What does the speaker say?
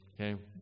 Okay